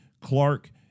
Clark